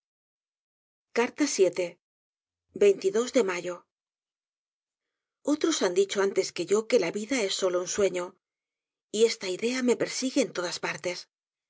de mayo otros han dicho antes que yo que la vida es solo un sueño y esta idea me persigue en todas partes